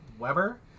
Weber